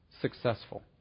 successful